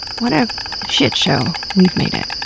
what a shitshow we've made it.